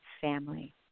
family